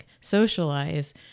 socialize